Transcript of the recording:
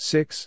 Six